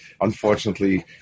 Unfortunately